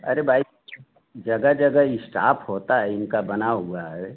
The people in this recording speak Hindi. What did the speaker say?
अरे भाई जगह जगह इस्टाप होता है इनका बना हुआ है